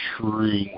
true